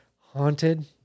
Haunted